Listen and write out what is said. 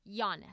Giannis